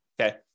okay